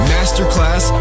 Masterclass